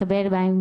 לקבל בהם,